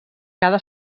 cada